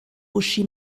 uschi